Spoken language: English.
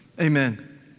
Amen